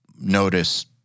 notice